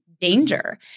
danger